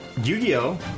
Yu-Gi-Oh